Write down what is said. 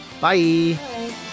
Bye